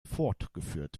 fortgeführt